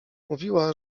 mówiła